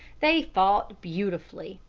they fought beautifully,